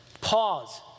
Pause